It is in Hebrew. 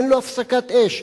אין לו הפסקת אש.